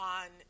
on